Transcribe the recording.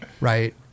right